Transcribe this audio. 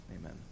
amen